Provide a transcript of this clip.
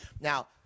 Now—